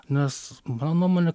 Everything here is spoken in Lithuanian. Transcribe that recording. nes mano nuomone